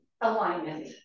alignment